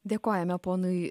dėkojame ponui